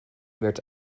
werd